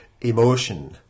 emotion